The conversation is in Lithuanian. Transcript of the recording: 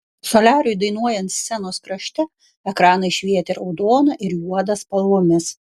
soliariui dainuojant scenos krašte ekranai švietė raudona ir juoda spalvomis